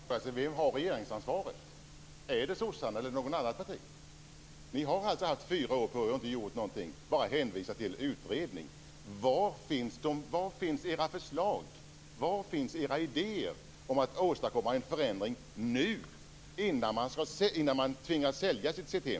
Fru talman! Vem har regeringsansvaret? Är det sossarna eller något annat parti? Ni har haft fyra år på er men inte gjort någonting, bara hänvisat till en utredning. Var finns era förslag? Var finns era idéer om att åstadkomma en förändring nu innan man tvingas sälja sitt hem?